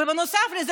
ובנוסף לזה,